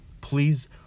please